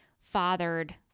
fathered